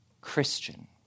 Christian